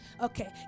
Okay